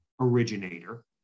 originator